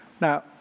Now